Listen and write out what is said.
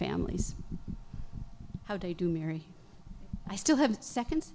families how they do marry i still have seconds